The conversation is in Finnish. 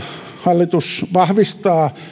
hallitus vahvistaa